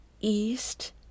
East